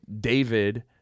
David